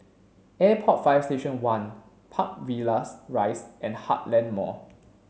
Airport Fire Station One Park Villas Rise and Heartland Mall